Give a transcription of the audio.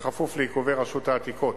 בכפוף לעיכובי רשות העתיקות,